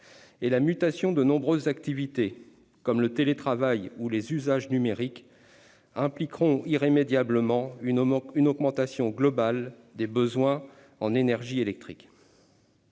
relevées dans de nombreuses activités, comme le télétravail ou les usages numériques, impliqueront irrémédiablement une augmentation globale des besoins en énergie électrique.